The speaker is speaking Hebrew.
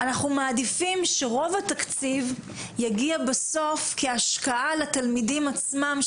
אנחנו מעדיפים שרוב התקציב יגיע בסוף כהשקעה לתלמידים עצמם,